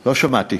לא שמעתי.